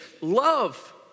love